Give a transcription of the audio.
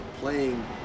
playing